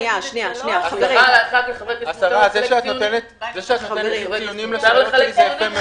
זה שאת נותנת ציונים זה יפה מאוד.